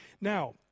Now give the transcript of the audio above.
Now